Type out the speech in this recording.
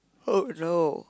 oh no